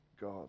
God